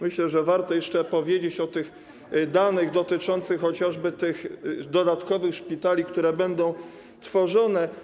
Myślę, że warto jeszcze powiedzieć o danych dotyczących chociażby tych dodatkowych szpitali, które będą tworzone.